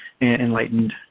enlightened